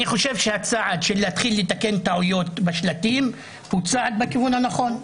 אני חושב שהצעד להתחיל לשנות טעויות בשלטים הוא צעד בכיוון הנכון.